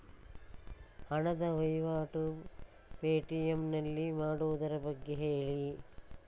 ಹಣದ ವಹಿವಾಟು ಪೇ.ಟಿ.ಎಂ ನಲ್ಲಿ ಮಾಡುವುದರ ಬಗ್ಗೆ ಹೇಳಿ